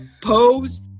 pose